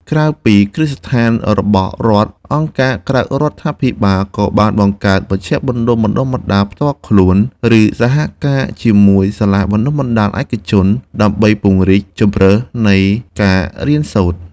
ក្រៅពីគ្រឹះស្ថានរបស់រដ្ឋ អង្គការក្រៅរដ្ឋាភិបាលក៏បានបង្កើតមជ្ឈមណ្ឌលបណ្តុះបណ្តាលផ្ទាល់ខ្លួន ឬសហការជាមួយសាលាបណ្តុះបណ្តាលឯកជន ដើម្បីពង្រីកជម្រើសនៃការរៀនសូត្រ។